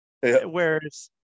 Whereas